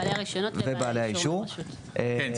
כן,